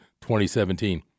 2017